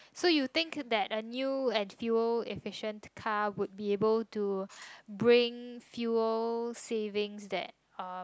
so you think that a new and fuel efficient car would be able to bring few savings that uh